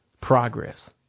progress